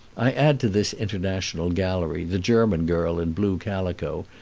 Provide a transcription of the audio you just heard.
i add to this international gallery the german girl in blue calico,